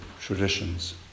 traditions